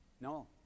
No